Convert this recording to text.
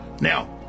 Now